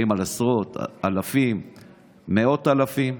האם על עשרות, אלפים, מאות אלפים?